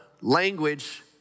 language